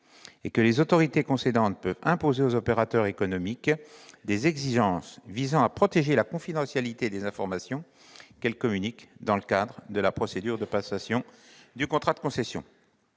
et que « les autorités concédantes peuvent imposer aux opérateurs économiques des exigences visant à protéger la confidentialité des informations qu'elles communiquent dans le cadre de la procédure de passation du contrat de concession